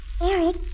Eric